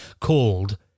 called